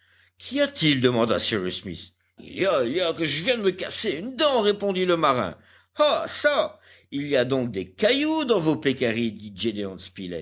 il y a il y a que je viens de me casser une dent répondit le marin ah çà il y a donc des cailloux dans vos pécaris